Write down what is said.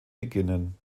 beginnen